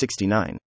69